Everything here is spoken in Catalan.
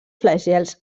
flagels